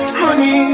honey